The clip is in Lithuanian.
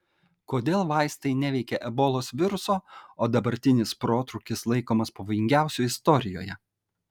kodėl vaistai neveikia ebolos viruso o dabartinis protrūkis laikomas pavojingiausiu istorijoje